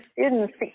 students